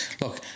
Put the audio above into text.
look